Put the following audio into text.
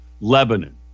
Lebanon